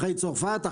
אחרי צרפת,